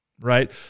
right